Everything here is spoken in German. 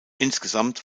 insgesamt